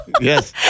Yes